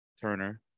Turner